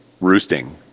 roosting